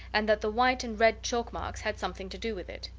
and that the white and red chalk marks had something to do with it.